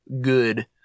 good